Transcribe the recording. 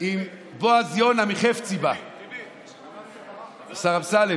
עם בועז יונה מחפציבה בבית משפט.